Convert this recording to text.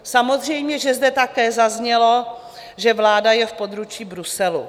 Samozřejmě že zde také zaznělo, že vláda je v područí Bruselu.